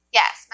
yes